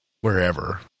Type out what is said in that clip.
wherever